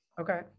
Okay